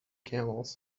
camels